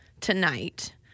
tonight